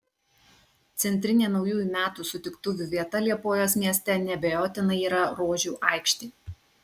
centrinė naujųjų metų sutiktuvių vieta liepojos mieste neabejotinai yra rožių aikštė